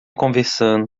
conversando